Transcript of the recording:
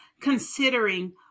considering